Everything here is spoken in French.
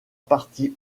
partie